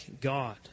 God